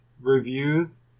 reviews